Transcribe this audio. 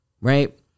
Right